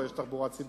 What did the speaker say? יש תחבורה ציבורית,